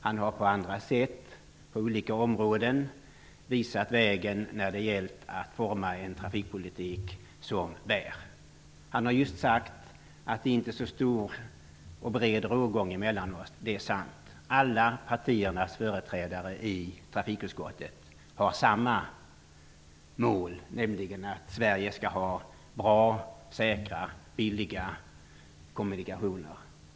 Han har på andra sätt på olika områden visat vägen när det har gällt att forma en trafikpolitik som bär. Sven-Gösta Signell sade nyss att det inte är så stor och bred rågång emellan oss. Det är sant. Alla partiers företrädare i trafikutskottet har samma mål, nämligen att Sverige skall ha bra, säkra och billiga kommunikationer.